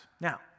Now